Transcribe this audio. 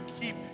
keep